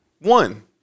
One